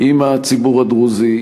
עם הציבור הדרוזי,